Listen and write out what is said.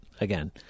again